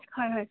হয় হয়